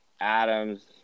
Adams –